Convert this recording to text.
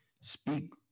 speak